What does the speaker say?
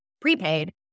prepaid